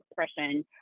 expression